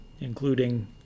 including